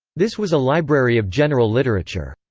this was a library of general literature.